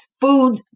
food